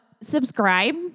Subscribe